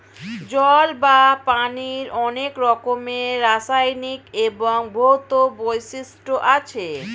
জল বা পানির অনেক রকমের রাসায়নিক এবং ভৌত বৈশিষ্ট্য আছে